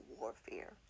warfare